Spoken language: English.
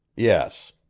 yes.